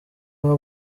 waba